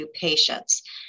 patients